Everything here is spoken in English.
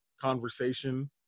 conversation